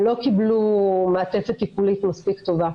לא קיבלו מעטפת טיפולית מספיק טובה,